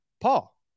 Paul